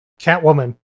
Catwoman